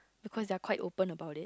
because they are quite open about it